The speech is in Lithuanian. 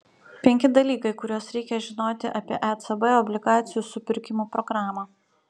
penki dalykai kuriuos reikia žinoti apie ecb obligacijų supirkimo programą